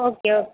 okay okay